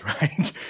right